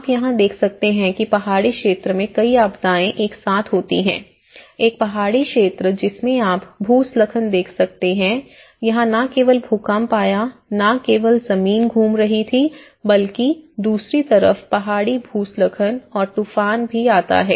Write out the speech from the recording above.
आप यहाँ देख सकते हैं कि पहाड़ी क्षेत्र में कई आपदाएँ एक साथ होती है एक पहाड़ी क्षेत्र जिसमें आप भूस्खलन देख सकते हैं यहां न केवल भूकंप आया न केवल जमीन घूम रही है बल्कि दूसरी तरफ पहाड़ी भूस्खलन और तूफान भी आता है